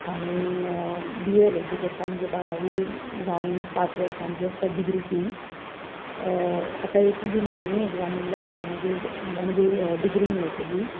आनी B A L L B करतां म्हणजे बारावी जावून पांच वर्सांची आसता डिग्री ती आतां एक म्हणजे निमाणी एग्जाम उरल्या त्याच्या मागीर म्हाका म्हाजी डिग्री मेळटली